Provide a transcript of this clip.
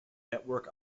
network